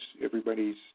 everybody's